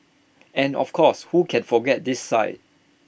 and of course who can forget this sight